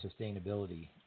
sustainability